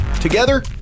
Together